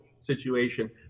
situation